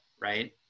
right